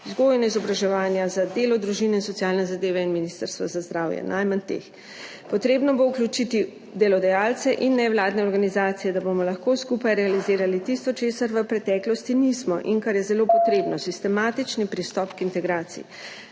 vzgojo in izobraževanje, za delo, družino in socialne zadeve in za zdravje, najmanj teh. Potrebno bo vključiti delodajalce in nevladne organizacije, da bomo lahko skupaj realizirali tisto, česar v preteklosti nismo in kar je zelo potrebno – sistematični pristop k integraciji.